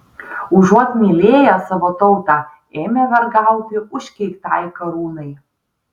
užuot mylėję savo tautą ėmė vergauti užkeiktai karūnai